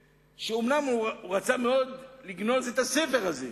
אומנם הוא רצה מאוד לגנוז את הספר הזה,